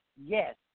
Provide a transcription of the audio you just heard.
yes